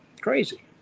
Crazy